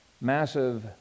massive